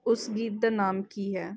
ਉਸ ਗੀਤ ਦਾ ਨਾਮ ਕੀ ਹੈ